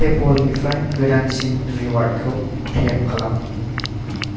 पेप'लनिफ्राय गोदानसिन रिवार्डखौ क्लेम खालाम